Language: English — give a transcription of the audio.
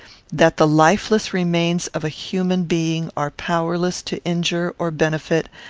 that the lifeless remains of a human being are powerless to injure or benefit,